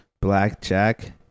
Blackjack